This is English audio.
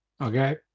okay